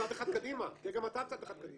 הוא צעד אחד קדימה, תהיה גם אתה צעד אחד קדימה.